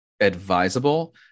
advisable